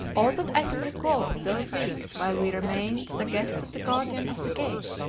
all that i can recall of those weeks while we remained the guests of the guardian of the gate,